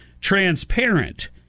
transparent